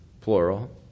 plural